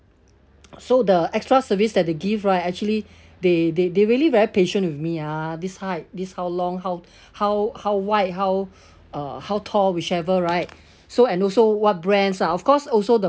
so the extra service that they give right actually they they they really very patient with me ya this height this how long how how how wide how uh how tall whichever right so and also what brands ah of course also the